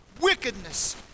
wickedness